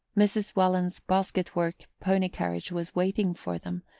mrs. welland's basket-work pony-carriage was waiting for them,